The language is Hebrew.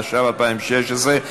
התשע"ו 2016,